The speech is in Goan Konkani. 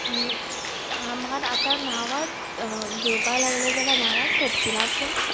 म्हाका आतां नांवांच घेवपा लागलें जाल्यार नांवांच सोंपचींना पूण